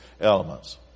elements